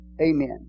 Amen